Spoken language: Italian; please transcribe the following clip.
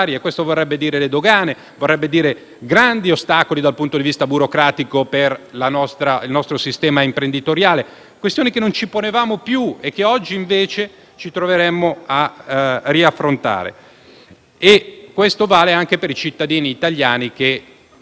grandi ostacoli dal punto di vista burocratico per il nostro sistema imprenditoriale; questioni che non ci ponevamo più e che oggi, invece, ci troveremmo ad affrontare nuovamente. Tutto ciò vale anche per i cittadini italiani che si muovono per lavoro, per studio,